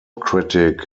critic